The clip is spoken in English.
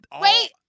Wait